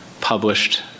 published